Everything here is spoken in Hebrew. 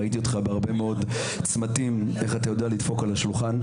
ראיתי אותך בהרבה מאוד צמתים איך אתה יודע לדפוק על השולחן.